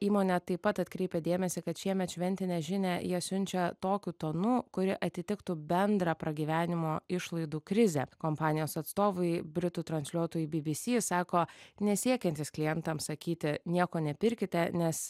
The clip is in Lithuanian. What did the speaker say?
įmonė taip pat atkreipė dėmesį kad šiemet šventinę žinią jie siunčia tokiu tonu kuri atitiktų bendrą pragyvenimo išlaidų krizę kompanijos atstovui britų transliuotojui bibisi sako nesiekiantis klientams sakyti nieko nepirkite nes